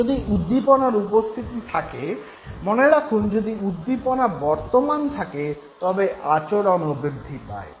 যদি উদ্দীপনার উপস্থিতি থাকে মনে রাখুন যদি উদ্দীপনা বর্তমান থাকে তবে আচরণও বৃদ্ধি পায়